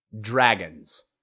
dragons